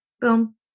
Boom